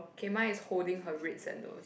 K mine is holding her red sandals